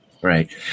Right